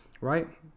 right